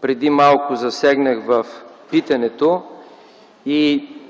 преди малко засегнах в питането.